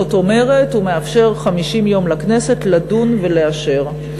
זאת אומרת, הוא מאפשר 50 יום לכנסת לדון ולאשר.